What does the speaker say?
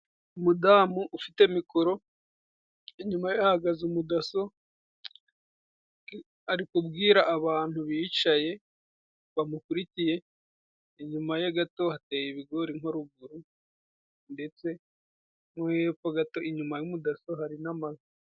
Umudamu ufite mikoro ,inyuma ye hahagaze umudaso ,ari kubwira abantu bicaye bamukurikiye ,inyuma ye gato hateye ibigori nko ruguru ndetse no hepfo gato, inyuma y'umudaso hari n'amazu.